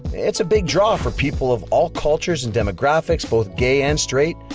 it's a big draw for people of all cultures and demographics, both gay and straight,